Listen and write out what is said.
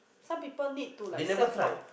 some people need to like self talk